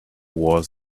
was